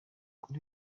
kuri